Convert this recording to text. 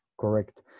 correct